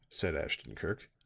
said ashton-kirk,